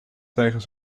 tegen